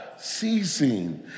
ceasing